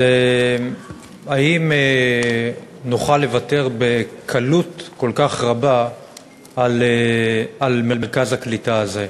היא האם נוכל לוותר בקלות כל כך רבה על מרכז הקליטה הזה.